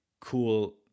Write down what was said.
cool